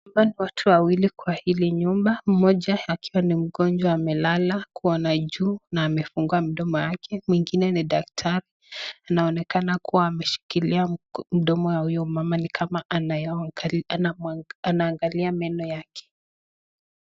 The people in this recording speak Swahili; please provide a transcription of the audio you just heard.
Hapa ni watu wawili kwa hili nyumba moja akiwa ni mgonjwa amelala kuona juu na amefungua mdomo wake mwingine ni daktari anaonekana kuwa ameshikilia mdomo ya huyo mama ni kama anaangalia meno yake.